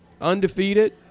undefeated